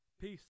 peace